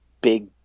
big